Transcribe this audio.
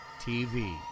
TV